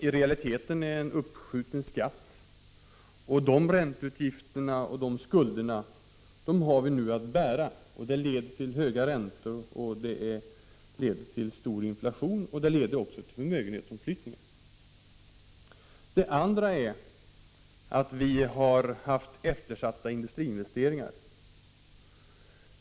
I realiteten är det en uppskjuten skatt, och därför har vi nu att bära ränteutgifter och skulder. Det betyder stora räntor och en hög inflation. Det leder också till förmögenhetsomflyttningar. Det andra problemet är att vi har haft eftersatta industriinvesteringar.